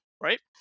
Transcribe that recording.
Right